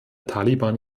taliban